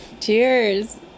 cheers